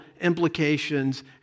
implications